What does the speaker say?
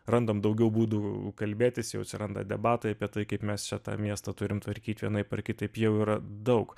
randam daugiau būdų kalbėtis jau atsiranda debatai apie tai kaip mes čia tą miestą turim tvarkyt vienaip ar kitaip jau yra daug